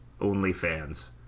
OnlyFans